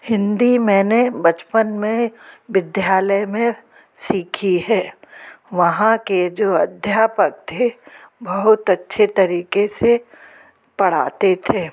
हिन्दी मैंने बचपन में विध्यालय में सीखी है वहाँ के जो अध्यापक थे बहुत अच्छे तरीक़े से पढ़ाते थे